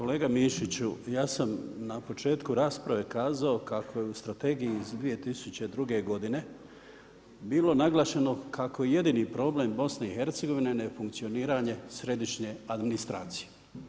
Kolega Mišiću, ja sam na početku rasprave kazao kako je u strategiji iz 2002. godine bilo naglašeno kako je jedini problem BiH nefunkcioniranje središnje administracije.